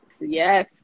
Yes